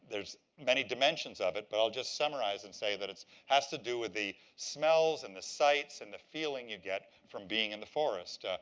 there's many dimensions of it, but i'll just summarize and say that has to do with the smells and the sights and the feeling you get from being in the forest.